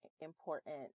important